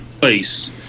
place